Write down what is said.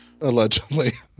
Allegedly